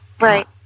right